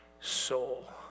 soul